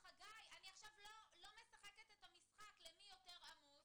עכשיו אני לא משחקת את המשחק למי יותר עמוס,